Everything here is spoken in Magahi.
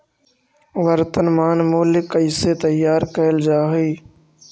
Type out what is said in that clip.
वर्तनमान मूल्य कइसे तैयार कैल जा हइ?